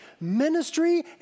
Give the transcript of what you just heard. ministry